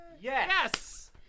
Yes